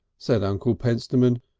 said uncle pentstemon,